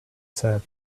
said